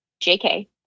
JK